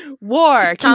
War